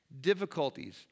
difficulties